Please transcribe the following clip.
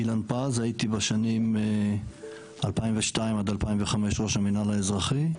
אילן פז הייתי בשנים 2002 עד 2005 ראש המינהל האזרחי,